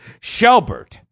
Shelbert